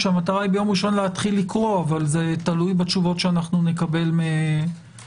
המטרה היא ביום מראשון להתחיל לקרוא אבל זה תלוי בתשובות שנקבל מהממשלה.